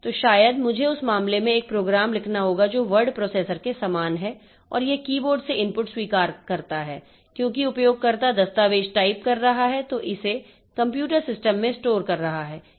तो शायद मुझे उस मामले में एक प्रोग्राम लिखना होगा जो वर्ड प्रोसेसर के समान है और यह कीबोर्ड से इनपुट स्वीकार करता है क्योंकि उपयोगकर्ता दस्तावेज़ टाइप कर रहा है और इसे कंप्यूटर सिस्टम में स्टोर कर रहा है